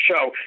show